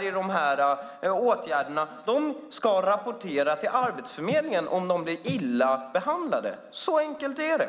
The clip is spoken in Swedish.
i dessa åtgärder ska rapportera till Arbetsförmedlingen om de blir illa behandlade. Så enkelt är det!